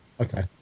okay